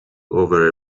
over